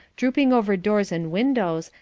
drooping over doors and windows,